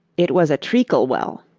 it was a treacle-well